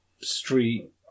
street